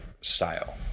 style